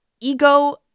ego